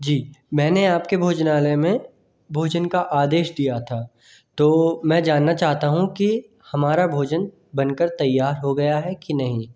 जी मैने आपके भोजनालय में भोजन का आदेश दिया था तो मैं जानना चाहता हूँ कि हमारा भोजन बनकर तैयार हो गया है कि नहीं